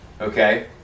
Okay